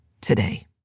today